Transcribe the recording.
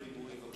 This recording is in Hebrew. ולא דיבורים.